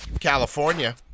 California